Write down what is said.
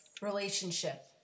Relationship